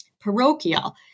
parochial